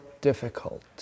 difficult